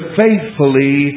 faithfully